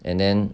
and then